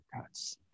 cuts